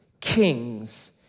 Kings